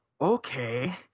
okay